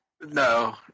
No